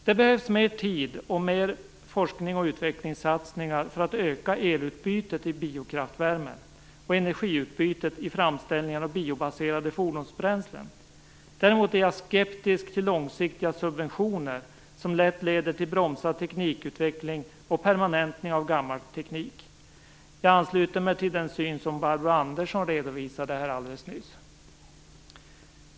Det behövs mer tid och mer forsknings och utvecklingssatsningar för att öka elutbytet i biokraftvärmen och energiutbytet i framställningen av biobaserade fordonsbränslen. Däremot är jag skeptisk till långsiktiga subventioner som lätt leder till bromsad teknikutveckling och permanentning av gammal teknik. Här ansluter jag mig till den syn som Barbro Andersson redovisade alldeles nyss.